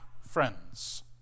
friends